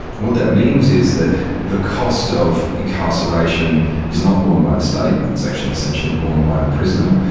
and what that means is that the cost of incarceration is not borne by the state, and it's actually essentially borne by the prisoner.